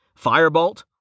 Firebolt